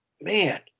man